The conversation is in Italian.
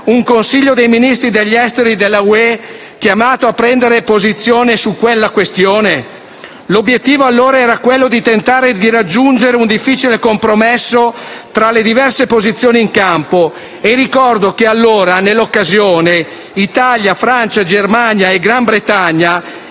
un Consiglio dei ministri degli esteri dell'Unione europea, chiamato a prendere posizione su quella questione? L'obiettivo allora era tentare di raggiungere un difficile compromesso tra le diverse posizioni in campo e ricordo che allora, in quell'occasione, Italia, Francia, Germania e Gran Bretagna